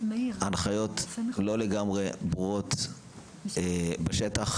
ההנחיות לא לגמרי ברורות בשטח.